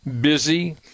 busy